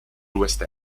west